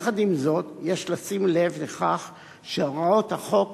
יחד עם זאת, יש לשים לב לכך שהוראות החוק